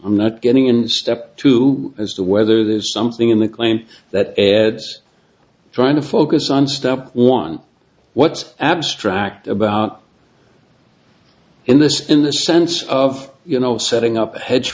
i'm not getting in step two as to whether there's something in the claim that aired trying to focus on step one what abstract about in this in the sense of you know setting up a hedge